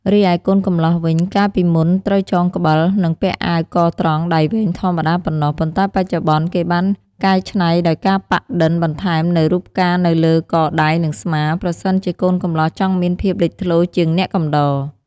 រីឯកូនកម្លោះវិញ កាលពីមុនត្រូវចងក្បិល និងពាក់អាវកត្រង់ដៃវែងធម្មតាប៉ុណ្ណោះ ប៉ុន្តែបច្ចុប្បន្ន គេបានកែច្នៃដោយការប៉ាក់ឌិនបន្ថែមនូវរូបផ្កានៅលើ កដៃ និងស្មាប្រសិនជាកូនកម្លោះចង់មានភាពលេចធ្លោជាងអ្នកកំដរ។